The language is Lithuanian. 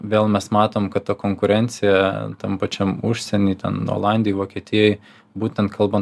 vėl mes matom kad ta konkurencija tam pačiam užsieny ten olandijoj vokietijoj būtent kalbant